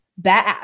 bad